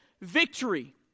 victory